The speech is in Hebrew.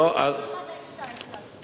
במעמד האשה הצגנו את זה.